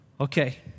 Okay